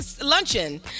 Luncheon